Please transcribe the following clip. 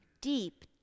deep